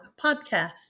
podcast